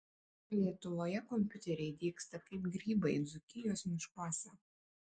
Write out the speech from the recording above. lietuvoje kompiuteriai dygsta kaip grybai dzūkijos miškuose